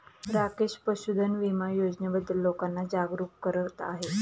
राकेश पशुधन विमा योजनेबद्दल लोकांना जागरूक करत आहे